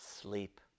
Sleep